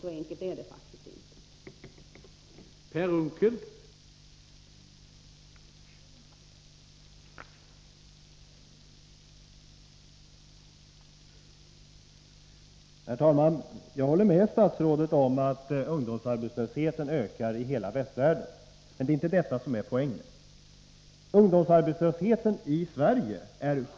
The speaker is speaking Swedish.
Så enkelt är det faktiskt inte.